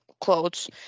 clothes